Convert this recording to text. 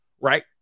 Right